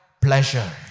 Pleasure